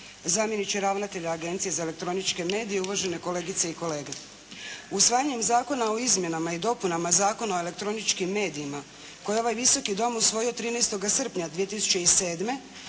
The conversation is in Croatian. zamjeniče ravnatelja Agencije za elektroničke medije, uvažene kolegice i kolege. Usvajanjem Zakona o izmjenama i dopunama Zakona o elektroničkim medijima koje je ovaj Visoki dom usvojio 13. srpnja 2007.